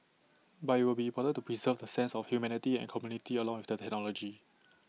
but IT will be important to preserve the sense of humanity and community along with the technology